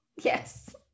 yes